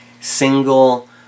single